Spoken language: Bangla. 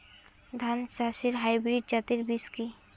ধান চাষের হাইব্রিড জাতের বীজ কি?